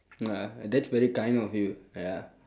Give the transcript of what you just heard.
ah that's very kind of you ya